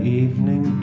evening